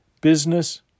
Business